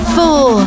four